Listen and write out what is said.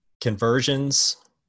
conversions